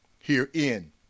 Herein